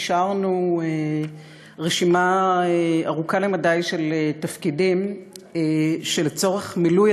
אישרנו רשימה ארוכה למדי של תפקידים שלצורך מילוים,